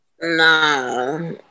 Nah